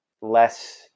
less